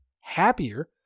happier